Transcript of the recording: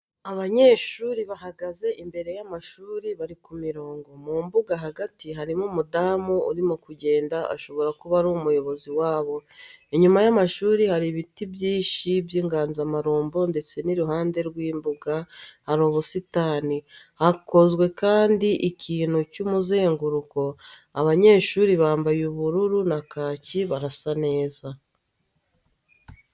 Abanyeshuri bahagaze imbere y'amashuri bari ku mirongo, mu mbuga hagati harimo umudamu urimo kugenda, ashobora kuba ari umuyobozi wabo. Inyuma y'amashuri hari ibiti byinshi by'inganzamarumbo ndetse n'iruhande rw'imbuga hari ubusitani, hakozwe kandi ikintu cy'umuzenguruko, abanyeshuri bambaye ubururu na kaki barasa neza.